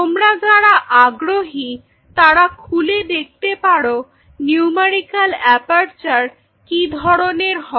তোমরা যারা আগ্রহী তারা খুলে দেখতে পারো নিউমেরিক্যাল অ্যাপারচার কি ধরনের হয়